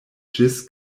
ĝis